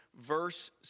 verse